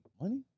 Money